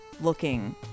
looking